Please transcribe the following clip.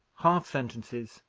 half sentences,